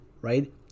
right